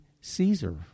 Caesar